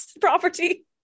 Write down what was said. property